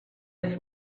his